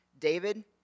David